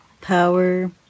power